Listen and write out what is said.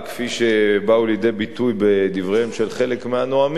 שבאו לידי ביטוי בדבריהם של חלק מהנואמים,